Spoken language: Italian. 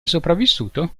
sopravvissuto